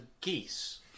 geese